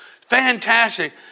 Fantastic